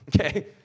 okay